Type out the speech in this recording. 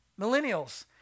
Millennials